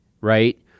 right